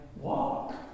walk